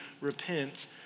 repent